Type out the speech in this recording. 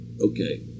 okay